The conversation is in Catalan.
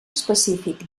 específics